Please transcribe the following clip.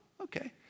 okay